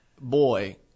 boy